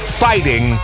fighting